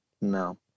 No